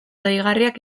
deigarriak